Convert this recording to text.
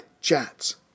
Jats